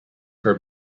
her